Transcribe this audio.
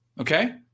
okay